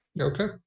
okay